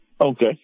Okay